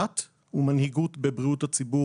דת ומנהיגות בבריאות הציבור,